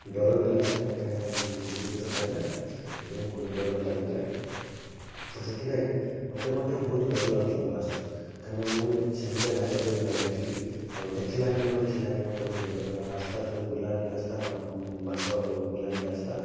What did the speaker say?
ଡ଼ର ବି ଲାଗୁଥାଏ କାହିଁକି ନା ବହୁତ ଉଚ୍ଚ ଥାଏ ନା ସେଥିପାଇଁ ବହୁତ ଡ଼ର ବି ଲାଗୁଥାଏ ସେଥିପାଇଁ ମୋତେ ମଧ୍ୟ ବହୁତ ଡ଼ର ଲାଗୁଥିଲା ଫାଷ୍ଟ୍ କାହିଁକି ନା ମୁଁ ସେମିତିଆ ଜାଗାକୁ କେବେ ଯାଇନଥିଲି ଆଉ ଦେଖିଲା କ୍ଷଣି ମୋତେ ସେ ଜାଗା ମୋତେ ବହୁତ ଡ଼ର ଲାଗିଲା ରାସ୍ତା ଯେଉଁ ବୁଲାଣି ରାସ୍ତା ବଙ୍କା ବଙ୍କା ବୁଲାଣି ରାସ୍ତା